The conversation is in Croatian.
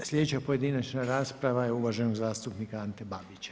Sljedeća pojedinačna rasprava je uvaženog zastupnika Ante Babića.